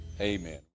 Amen